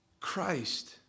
Christ